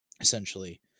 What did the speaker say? essentially